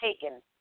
taken